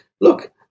look